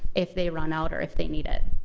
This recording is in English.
if they run out, or if they need it.